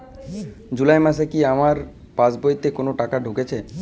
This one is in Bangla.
জুলাই মাসে কি আমার পাসবইতে কোনো টাকা ঢুকেছে?